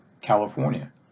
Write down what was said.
California